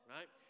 Right